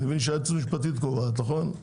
אני מבין שהיועצת המשפטית קובעת, נכון?